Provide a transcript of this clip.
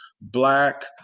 black